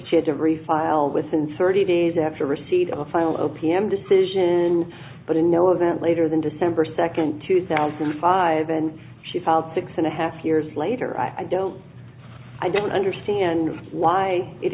the kid to refile within thirty days after receipt of file o p m decision but in no event later than december second two thousand and five and she filed six and a half years later i don't i don't understand why it